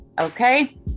Okay